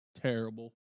Terrible